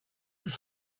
plus